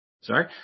sorry